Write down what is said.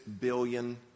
billion